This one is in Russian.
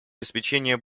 обеспечение